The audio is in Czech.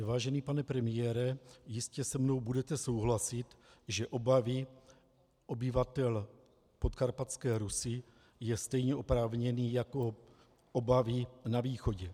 Vážený pane premiére, jistě se mnou budete souhlasit, že obavy obyvatel Podkarpatské Rusi jsou stejně oprávněné jako obavy na východě.